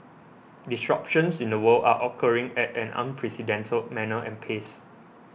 disruptions in the world are occurring at an unprecedented manner and pace